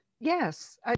Yes